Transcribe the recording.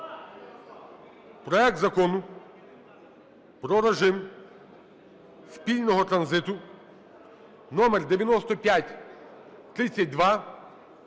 проект Закону про режим спільного транзиту (№ 9532)